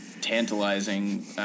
tantalizing